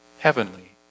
Heavenly